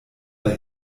bei